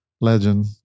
Legend